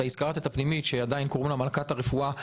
אבל אתה הזכרת את הפנימית שעדיין קוראים לה מלכת הרפואה.